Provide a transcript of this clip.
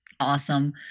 Awesome